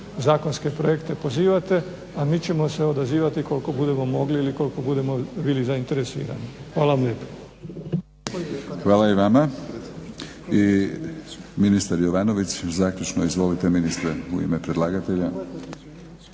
zakonske projekte pozivate, a mi ćemo se odazivati koliko budemo mogli ili koliko budemo bili zainteresirani. Hvala vam lijepa. **Batinić, Milorad (HNS)** Hvala i vama. I ministar Jovanović zaključno. Izvolite ministre u ime predlagatelja.